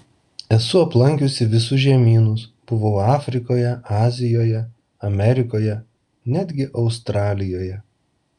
esu aplankiusi visus žemynus buvau afrikoje azijoje amerikoje netgi australijoje